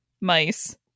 mice